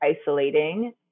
isolating